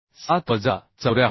7 वजा 74